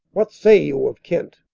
what say you of kent